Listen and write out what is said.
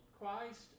Christ